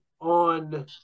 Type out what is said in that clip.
On